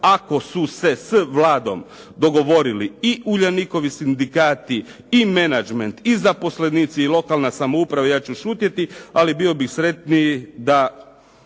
Jasno su se s Vladom dogovorili i "Uljanikovi" sindikati i menadžment i zaposlenici i lokalna samouprava, ja ću šutjeti, ali bio bih sretniji da